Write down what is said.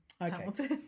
Okay